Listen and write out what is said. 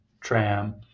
tram